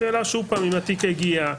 השאלה שוב פעם אם התיק הגיע,